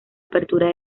apertura